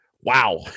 wow